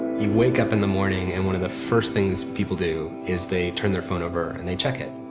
you wake up in the morning and one of the first things people do is they turn their phone over and they check it.